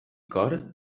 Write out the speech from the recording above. cor